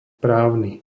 právny